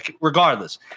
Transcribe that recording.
Regardless